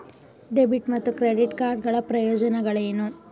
Debit ಮತ್ತು credit card ಗಳ ಪ್ರಯೋಜನಗಳೇನು?